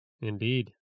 Indeed